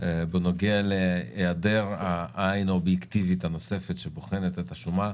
בנוגע להיעדר העין האובייקטיבית הנוספת שבוחנת את השומה.